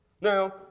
Now